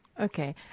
Okay